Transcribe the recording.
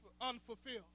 unfulfilled